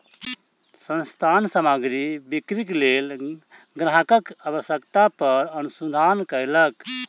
संस्थान सामग्री बिक्रीक लेल ग्राहकक आवश्यकता पर अनुसंधान कयलक